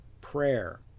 prayer